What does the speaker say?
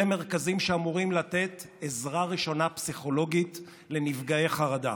אלה מרכזים שאמורים לתת עזרה ראשונה פסיכולוגית לנפגעי חרדה.